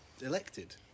elected